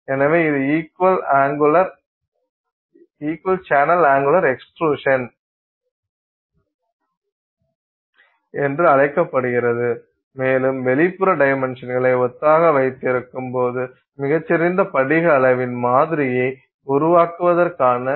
எனவே இது equal channel angular extrusion என்று அழைக்கப்படுகிறது மேலும் வெளிப்புற டைமென்ஷன்களை ஒத்ததாக வைத்திருக்கும் போது மிகச் சிறந்த படிக அளவின் மாதிரியை உருவாக்குவதற்கான மிகச் சிறந்த வழியாகும்